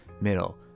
middle